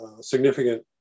significant